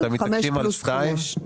אתם מתעקשים על שתיים?